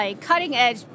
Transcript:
cutting-edge